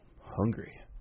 hungry